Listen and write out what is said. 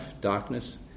darkness